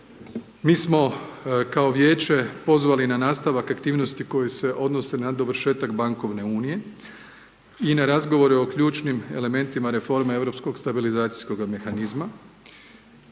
Mi smo kao vijeće pozvali na nastavak aktivnosti koji se odnose na dovršetak bankovne unije i na razgovore o ključnim elementima reforme europskog stabilizacijskoga mehanizma.